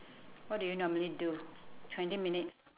what do you normally do twenty minutes